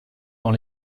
dans